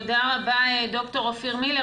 תודה רבה, ד"ר אופיר מילר.